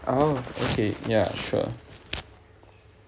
oh okay ya sure